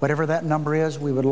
whatever that number is we would